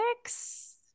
six